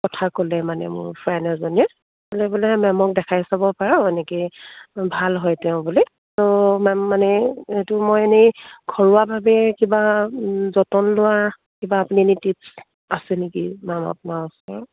কথা ক'লে মানে মোৰ ফ্ৰেণ্ড এজনীয়ে ক'লে বোলে মেমক দেখাই চাব পাৰ এনেকৈ ভাল হয় তেওঁ বুলি ত' মেম মানে এইটো মই এনেই ঘৰুৱাভাৱে কিবা যতন লোৱা কিবা আপুনি এনি টিপছ আছে নেকি মেম আপোনাৰ ওচৰত